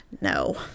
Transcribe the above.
No